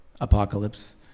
apocalypse